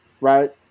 right